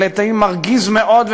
ולעתים מרגיז מאוד,